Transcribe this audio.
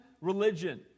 religion